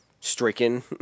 stricken